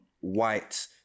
white